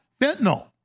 fentanyl